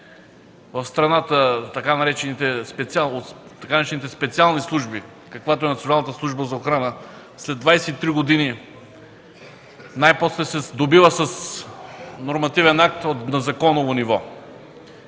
в страната, така наречените „специални служби”, каквато е Националната служба за охрана, след 23 години най-после се сдобива с нормативен акт на законово ниво.